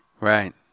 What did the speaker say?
Right